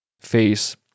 face